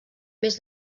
més